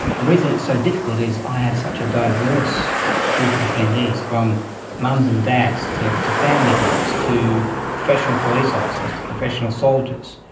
the reason it's so difficult is i have such a diverse group of attendees, from mums and dads to to family groups to professional police officers to professional soldiers.